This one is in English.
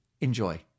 Enjoy